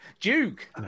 Duke